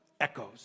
echoes